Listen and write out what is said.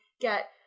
get